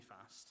fast